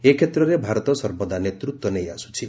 ଏ କ୍ଷେତ୍ରେ ଭାରତ ସର୍ବଦା ନେତୃତ୍ୱ ନେଇଆସୁଛି